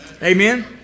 Amen